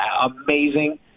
amazing